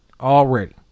already